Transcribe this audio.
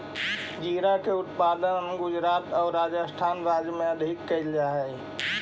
जीरा के उत्पादन गुजरात आउ राजस्थान राज्य में अधिक कैल जा हइ